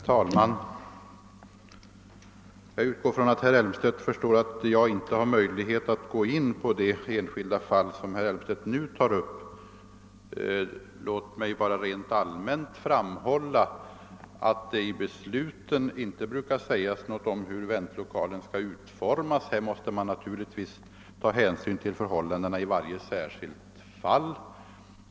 Herr talman! Jag utgår ifrån att herr Elmstedt förstår att jag inte har möjlighet att gå in på det enskilda fall som herr Elmstedt nu tog upp. Låt mig bara rent allmänt framhålla att det i beslu ten inte brukar sägas någonting om hur väntlokalen skall utformas. Här måste man naturligtvis ta hänsyn till förhållandena i varje särskilt fall.